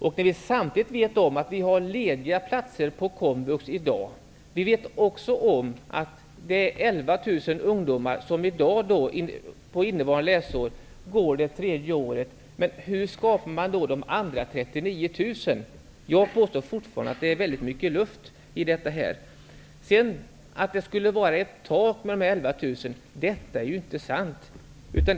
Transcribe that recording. Vi vet samtidigt om att vi har lediga platser på komvux i dag, och att jobben? Jag påstår fortfarande att det är väldigt mycket luft i detta. Det är inte sant att de 11 000 ungdomarna skulle utgöra taket.